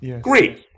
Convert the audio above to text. Great